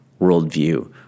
worldview